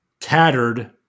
tattered